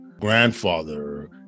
grandfather